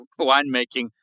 winemaking